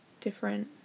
different